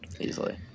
Easily